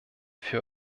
für